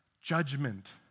judgment